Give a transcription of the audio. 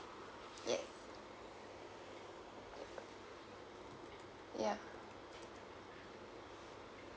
yes yeah